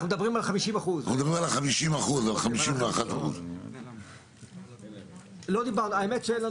אנחנו מדברים על 50%. אנחנו מדברים על 51%. לא דיברנו על זה.